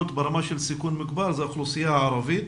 ברמה של סיכון מוגבר זה האוכלוסייה הערבית